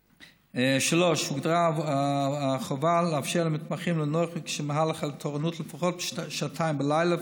3. הוגדרה החובה לאפשר למתמחים לנוח במהלך התורנות לפחות שעתיים בלילה,